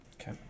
Okay